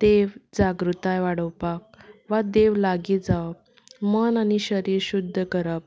देव जागृताय वाडोवपाक वा देव लागी जावप मन आनी शरीर शुद्ध करप